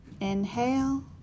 inhale